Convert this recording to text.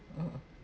mm